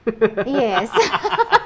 Yes